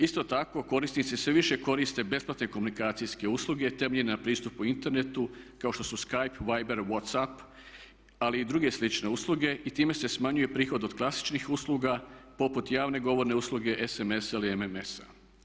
Isto tako korisnici sve više koriste besplatne komunikacijske usluge temeljene na pristupu internetu kao što su Skype, Viber, WhatsApp, ali i druge slične usluge i time se smanjuje prihod od klasičnih usluga poput javne govorne usluge, SMS ili MMS.